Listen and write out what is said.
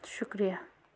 شُکریہ